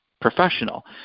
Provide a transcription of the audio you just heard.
professional